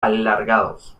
alargados